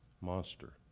monster